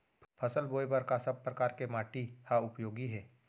फसल बोए बर का सब परकार के माटी हा उपयोगी हे?